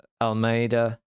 Almeida